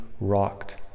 rocked